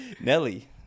Nelly